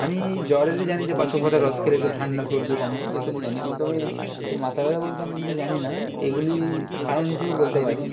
আমি এই জ্বর জানি যে বাসক পাতার রস খেলে এ সব ঠান্ডা সর্দি কমে এ সব জানি কিন্তু আমি এই এই মাথা ব্যথা বলতে আমি কিছু জানি না এগুলি কারণ হিসেবে বলতে পারি